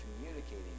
communicating